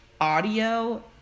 audio